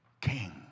king